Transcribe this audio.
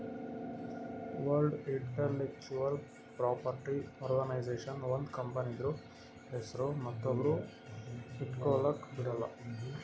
world intellectual property organisation ಒಂದ್ ಕಂಪನಿದು ಹೆಸ್ರು ಮತ್ತೊಬ್ರು ಇಟ್ಗೊಲಕ್ ಬಿಡಲ್ಲ